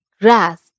grass